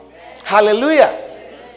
Hallelujah